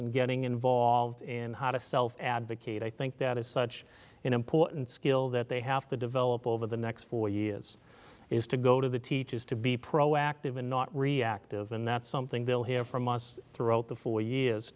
and getting involved in a self advocate i think that is such an important skill that they have to develop over the next four years is to go to the teachers to be proactive and not reactive and that's something we'll hear from us throughout the four years